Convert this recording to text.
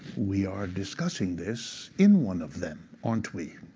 we are discussing this in one of them, aren't we?